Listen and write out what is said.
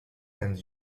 and